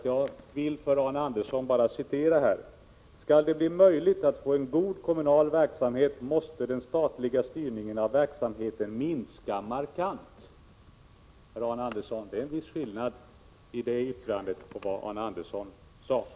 Jag vill för Arne Andersson citera: ”Skall det bli möjligt att få en god kommunal verksamhet måste den statliga styrningen av verksamheten minska markant.” Herr Arne Andersson, det är en viss skillnad i det yttrandet och vad Arne Andersson själv sade.